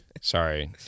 Sorry